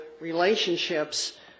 relationships